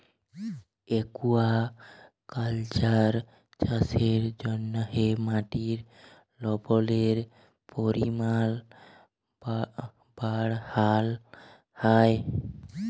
aquaculture চাষের জ্যনহে মাটির লবলের পরিমাল বাড়হাল হ্যয়